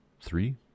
three